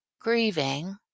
grieving